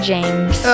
James